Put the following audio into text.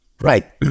Right